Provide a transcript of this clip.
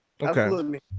okay